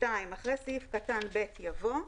(2)אחרי סעיף קטן (ב) יבוא: